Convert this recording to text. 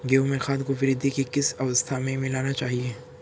गेहूँ में खाद को वृद्धि की किस अवस्था में मिलाना चाहिए?